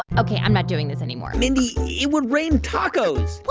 ok, i'm not doing this anymore mindy, it would rain tacos what?